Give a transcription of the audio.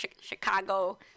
Chicago